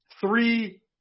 three